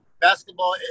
Basketball